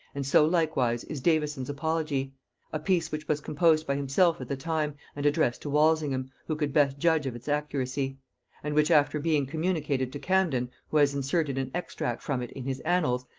and so likewise is davison's apology a piece which was composed by himself at the time and addressed to walsingham, who could best judge of its accuracy and which after being communicated to camden, who has inserted an extract from it in his annals,